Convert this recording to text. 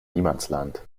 niemandsland